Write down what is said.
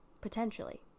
potentially